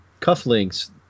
cufflinks